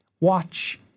Watch